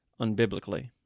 unbiblically